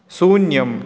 शून्यम्